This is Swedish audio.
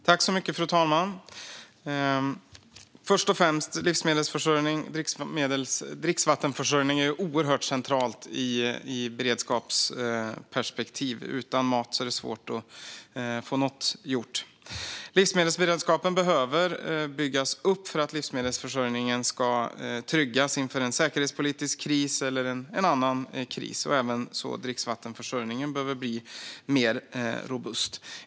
Fru talman! Först och främst: Livsmedels och dricksvattenförsörjningen är något oerhört centralt ur beredskapsperspektiv. Utan mat är det svårt att få något gjort. Livsmedelsberedskapen behöver byggas upp för att livsmedelsförsörjningen ska tryggas inför en säkerhetspolitisk kris eller en annan kris. Även dricksvattenförsörjningen behöver bli mer robust.